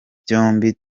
byombi